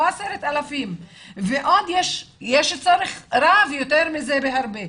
לא 10,000. ועוד יש צורך רב יותר מזה בהרבה,